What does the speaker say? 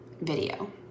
video